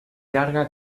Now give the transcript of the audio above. llarga